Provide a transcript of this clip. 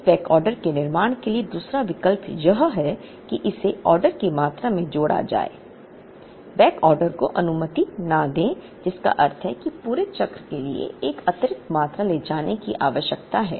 इस बैकऑर्डर के निर्माण के लिए दूसरा विकल्प यह है कि इसे ऑर्डर की मात्रा में जोड़ा जाए बैकऑर्डर को अनुमति न दें जिसका अर्थ है कि पूरे चक्र के लिए एक अतिरिक्त मात्रा ले जाने की आवश्यकता है